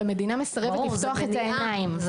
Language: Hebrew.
והמדינה מסרבת לפתוח את העיניים.